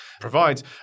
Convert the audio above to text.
provides